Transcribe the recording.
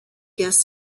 guest